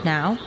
Now